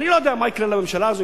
אני לא יודע מה יקרה לממשלה הזו,